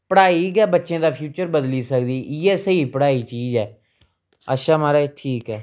पढ़ाई गै बच्चें दा फ्युचर बदली सकदी ऐ इ'यै स्हेई पढ़ाई चीज़ ऐ अच्छा महाराज ठीक ऐ